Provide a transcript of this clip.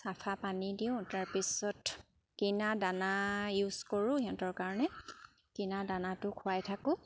চাফা পানী দিওঁ তাৰপিছত কিনা দানা ইউজ কৰোঁ সিহঁতৰ কাৰণে কিনা দানাটো খুৱাই থাকোঁ